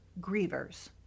grievers